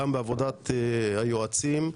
גם בעבודת היועצים.